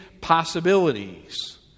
possibilities